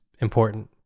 important